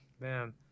Man